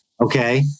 okay